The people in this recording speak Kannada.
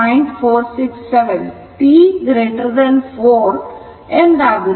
467 t4 ಎಂದಾಗುತ್ತದೆ